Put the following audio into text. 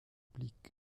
biblique